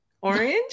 orange